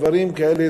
בדברים כאלה